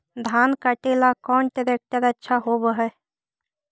धान कटे ला कौन ट्रैक्टर अच्छा होबा है?